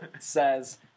Says